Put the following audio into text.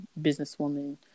businesswoman